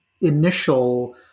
initial